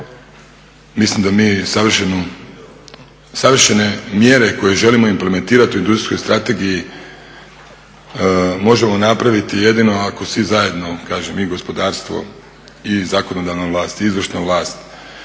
mislim da mi savršene mjere koje želimo … u industrijskog strategiji možemo napraviti jedino ako svi zajedno, kažem i gospodarstvo i zakonodavna vlast i izvršna vlast